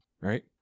Right